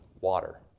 water